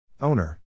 Owner